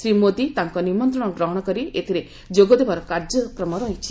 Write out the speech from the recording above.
ଶ୍ରୀ ମୋଦୀ ତାଙ୍କ ନିମନ୍ତ୍ରଣ ଗ୍ରହଣ କରି ଏଥିରେ ଯୋଗ ଦେବାର କାର୍ଯ୍ୟକ୍ରମ ରହିଛି